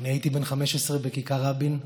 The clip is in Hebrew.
אני הייתי בן 15 בכיכר רבין,